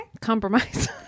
compromise